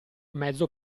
mezzo